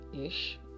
ish